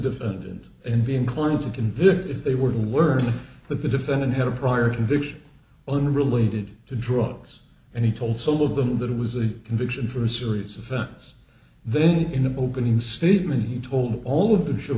defendant and be inclined to convict if they were to learn that the defendant had a prior conviction unrelated to drugs and he told some of them that it was a conviction for a series of facts then in the opening statement he told all of the